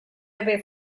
away